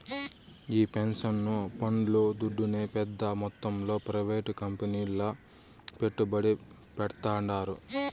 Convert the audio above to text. ఈ పెన్సన్ పండ్లు దుడ్డునే పెద్ద మొత్తంలో ప్రైవేట్ కంపెనీల్ల పెట్టుబడి పెడ్తాండారు